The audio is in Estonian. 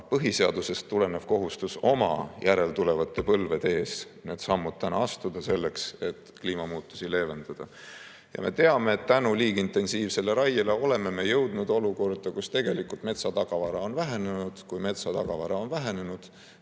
põhiseadusest tulenev kohustus oma järeltulevate põlvede heaks need sammud astuda, selleks et kliimamuutusi leevendada. Me teame, et liiga intensiivse raie tõttu oleme me jõudnud olukorda, kus metsatagavara on vähenenud. Metsatagavara on vähenenud